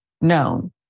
known